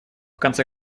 конце